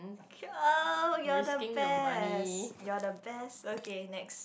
ok~ uh you're the best you're the best okay next